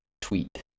tweet